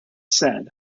said